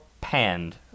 panned